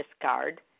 discard